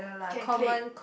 can clip